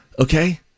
Okay